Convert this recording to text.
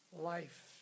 Life